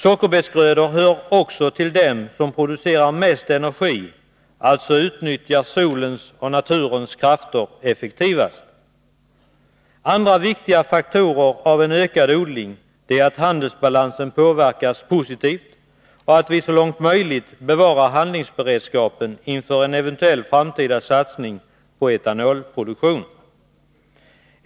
Sockerbetsgrödor hör också till dem som producerar mest energi, dvs. utnyttjar solens och naturens krafter effektivast. Andra viktiga följder av en ökad odling är att handelsbalansen påverkas positivt och att vi så långt möjligt bevarar handlingsberedskapen inför en eventuell framtida satsning på etanolproduktion.